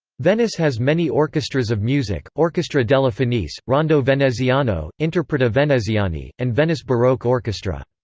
venice has many orchestras of music orchestra della fenice, rondo veneziano, interpreti veneziani, and venice baroque orchestra.